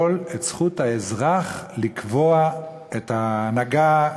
הם רוצים לשלול את זכות האזרח לקבוע את ההנהגה,